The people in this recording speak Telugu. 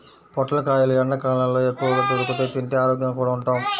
పొట్లకాయలు ఎండ్లకాలంలో ఎక్కువగా దొరుకుతియ్, తింటే ఆరోగ్యంగా కూడా ఉంటాం